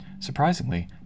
Surprisingly